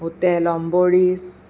hotel Ambarish